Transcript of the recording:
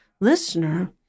listener